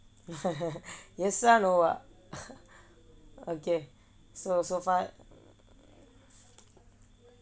yes sir no lah okay so so far